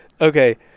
Okay